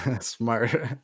smart